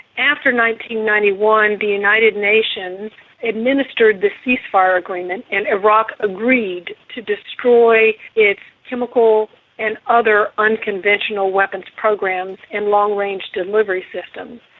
ninety ninety one the united nations administered the ceasefire agreement and iraq agreed to destroy its chemical and other unconventional weapons programs and long-range delivery systems.